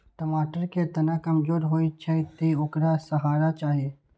टमाटर के तना कमजोर होइ छै, तें ओकरा सहारा चाही